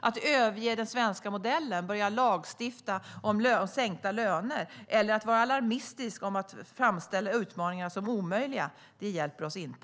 Att överge den svenska modellen och börja lagstifta om sänkta löner eller att vara alarmistisk och framställa utmaningar som omöjliga - det hjälper oss inte.